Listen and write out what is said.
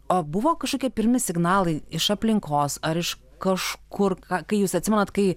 o buvo kažkokie pirmi signalai iš aplinkos ar iš kažkur kai jūs atsimenat kai